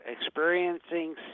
experiencing